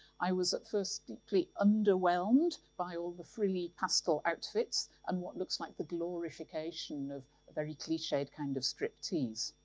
i was at first deeply underwhelmed by all the frilly, pastel outfits and what looks like the glorification of a very cliched kind of striptease.